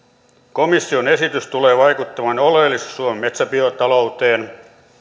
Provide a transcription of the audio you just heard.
komission esitys tulee vaikuttamaan oleellisesti suomen metsäbiotalouteen